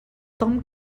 tom